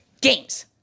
games